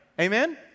Amen